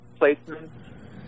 placements